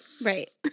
Right